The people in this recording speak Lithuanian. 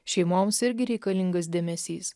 šeimoms irgi reikalingas dėmesys